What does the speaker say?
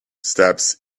steps